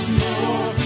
more